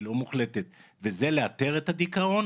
היא לא מוחלטת וזה לאתר את הדיכאון,